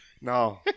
No